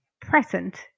present